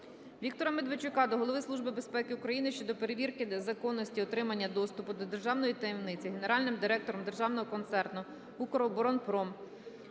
Віктора Медведчука до Голови Служби безпеки України щодо перевірки законності отримання доступу до державної таємниці Генеральним директором Державного концерну "Укроборонпром"